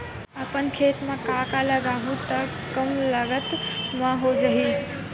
अपन खेत म का का उगांहु त कम लागत म हो जाही?